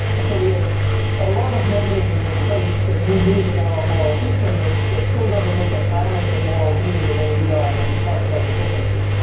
and so we have a lot of mechanisms in place that we use in our moral systems, and this still doesn't make primates a moral being the way we are, and we can talk about the differences.